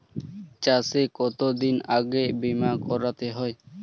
চাষে কতদিন আগে বিমা করাতে হয়?